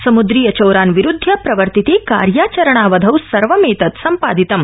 समुद्रीय चौरान् विरूद्धय प्रवर्तिते कार्याचरणावधौ सर्वमेतत् सम्पादितम्